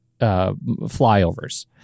flyovers